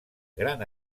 gran